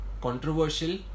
controversial